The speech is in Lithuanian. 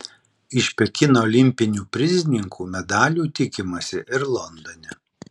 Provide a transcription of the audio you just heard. iš pekino olimpinių prizininkų medalių tikimasi ir londone